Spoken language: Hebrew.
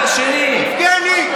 יבגני,